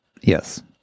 Yes